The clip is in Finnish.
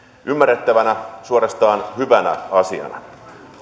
ymmärrettävänä suorastaan hyvänä asiana